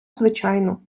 звичайну